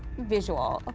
visual.